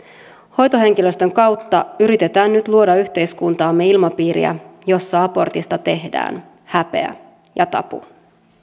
hoitohenkilöstön kautta yritetään nyt luoda yhteiskuntaamme ilmapiiriä jossa abortista tehdään häpeä ja tabu